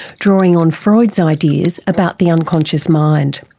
drawing on freud's ideas about the unconscious mind.